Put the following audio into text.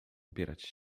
ubierać